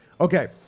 Okay